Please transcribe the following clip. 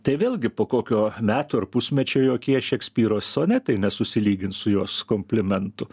tai vėlgi po kokio metų ar pusmečio jokie šekspyro sonetai nesusilygins su jos komplimentu